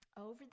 Over